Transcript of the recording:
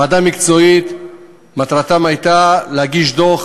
ועדה מקצועית, מטרתם הייתה להגיש דוח